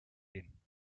gehen